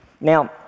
Now